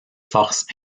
forces